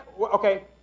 okay